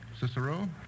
Cicero